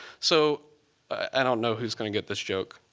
so i don't know who's going to get this joke